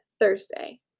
Thursday